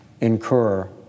incur